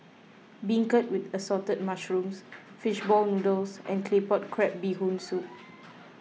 Beancurd with Assorted Mushrooms Fish Ball Noodles and Claypot Crab BeeHoon Soup